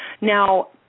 Now